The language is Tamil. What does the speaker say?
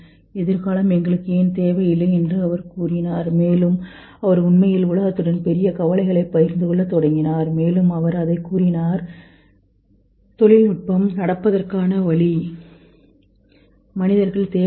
எதிர்காலம் எங்களுக்கு ஏன் தேவையில்லை என்று அவர் கூறினார் மேலும் அவர் உண்மையில் உலகத்துடன் பெரிய கவலைகளைப் பகிர்ந்து கொள்ளத் தொடங்கினார் மேலும் அவர் அதைச் கூறினார் தொழில்நுட்பம் நடப்பதற்கான வழி மனிதர்கள் தேவையில்லை